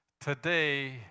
today